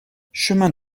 chemin